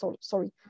sorry